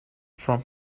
from